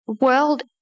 world